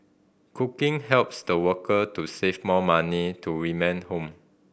cooking helps the worker to save more money to remit home